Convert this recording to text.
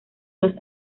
dos